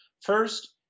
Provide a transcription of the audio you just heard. First